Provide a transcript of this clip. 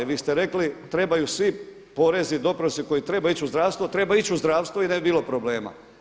Vi ste rekli trebaju svi porezi i doprinosi koji trebaju ići u zdravstvo treba ići u zdravstvo i ne bi bilo problema.